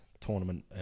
tournament